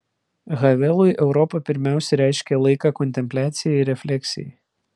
havelui europa pirmiausia reiškia laiką kontempliacijai ir refleksijai